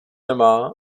nemá